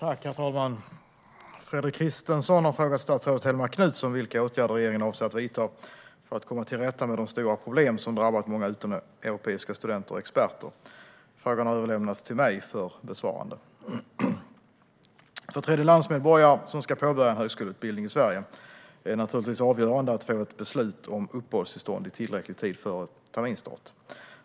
Herr talman! Fredrik Christensson har frågat statsrådet Hellmark Knutsson vilka åtgärder regeringen avser att vidta för att komma till rätta med de stora problem som drabbat många utomeuropeiska studenter och experter. Frågan har överlämnats till mig för besvarande. För tredjelandsmedborgare som ska påbörja en högskoleutbildning i Sverige är det naturligtvis avgörande att få ett beslut om uppehållstillstånd i tillräcklig tid före terminsstart.